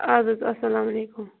اَدٕ حظ اسلام علیکُم